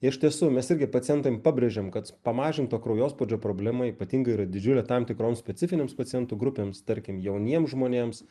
iš tiesų mes irgi pacientam pabrėžiam kad pamažinto kraujospūdžio problema ypatingai yra didžiulė tam tikroms specifinėms pacientų grupėms tarkim jauniem žmonėms